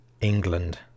England